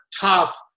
tough